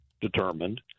determined